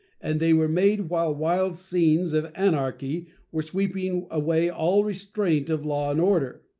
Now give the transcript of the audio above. and they were made while wild scenes of anarchy were sweeping away all restraint of law and order.